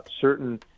certain